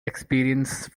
experience